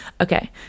okay